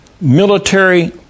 military